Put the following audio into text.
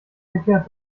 verkehrt